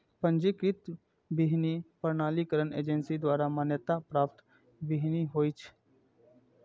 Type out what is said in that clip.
पंजीकृत बीहनि प्रमाणीकरण एजेंसी द्वारा मान्यता प्राप्त बीहनि होइ छै